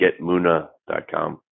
getmuna.com